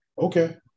Okay